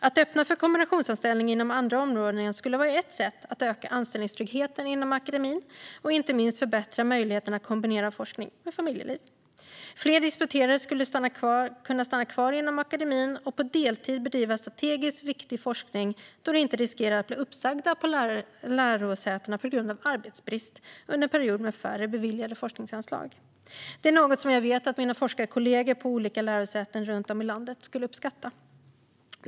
Att öppna för kombinationsanställningar inom andra områden skulle vara ett sätt att öka anställningstryggheten inom akademin och inte minst förbättra möjligheten att kombinera forskning med familjeliv. Fler disputerade skulle kunna stanna kvar inom akademin och på deltid bedriva strategisk viktig forskning då de inte riskerar att bli uppsagda från lärosätet på grund av arbetsbrist under en period med färre beviljade forskningsanslag. Det är något som jag vet att mina forskarkollegor på olika lärosäten runt om i landet skulle uppskatta.